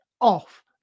off